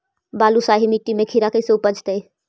बालुसाहि मट्टी में खिरा कैसे उपजतै?